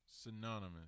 synonymous